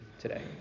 today